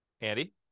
Andy